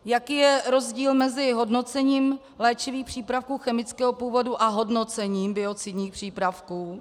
Jaký je rozdíl mezi hodnocením léčivých přípravků chemického původu a hodnocením biocidních přípravků?